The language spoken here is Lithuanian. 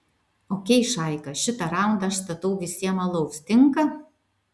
okei šaika šitą raundą aš statau visiem alaus tinka